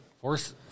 Force